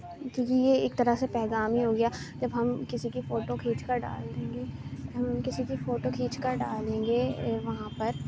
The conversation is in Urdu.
کیونکہ یہ ایک طرح سے پیغام ہی ہو گیا جب ہم کسی کی فوٹو کھینچ کر ڈال دیں گے ہم کسی کی فوٹو کھینچ کر ڈالیں گے وہاں پر